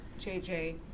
JJ